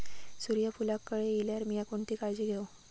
सूर्यफूलाक कळे इल्यार मीया कोणती काळजी घेव?